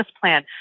plan